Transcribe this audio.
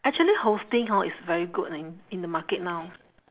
actually hosting hor is very good leh in the market now